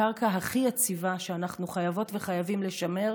בתור הקרקע הכי יציבה שאנחנו חייבות וחייבים לשמר